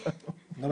אחרת אני לא מבוטח.